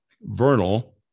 vernal